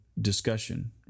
discussion